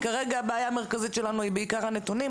כרגע הבעיה המרכזית שלנו היא בעיקר הנתונים,